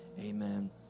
amen